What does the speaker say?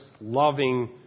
loving